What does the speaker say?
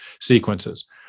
sequences